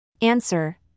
Answer